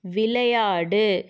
விளையாடு